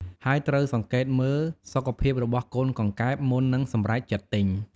ហើយត្រូវសង្កេតមើលសុខភាពរបស់កូនកង្កែប មុននឹងសម្រេចចិត្តទិញ។